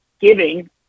giving